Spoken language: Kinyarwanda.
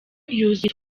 yuzuye